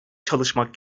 çalışmak